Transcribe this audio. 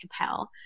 Capel